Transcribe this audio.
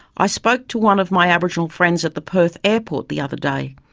i spoke to one of my aboriginal friends at the perth airport the other day.